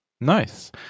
Nice